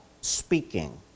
speaking